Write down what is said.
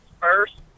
first